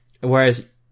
Whereas